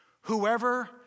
whoever